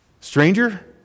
stranger